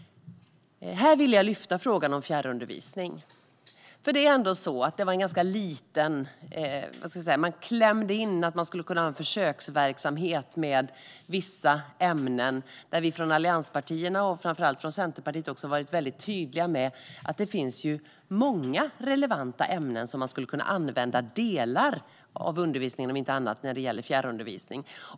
Här vill jag lyfta upp frågan om fjärrundervisning, där man har klämt in att man skulle kunna ha en försöksverksamhet med vissa ämnen. Allianspartierna och framför allt Centerpartiet har varit väldigt tydliga med att det finns många relevanta ämnen där man skulle kunna använda delar av undervisningen för fjärrundervisning.